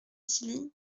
tilly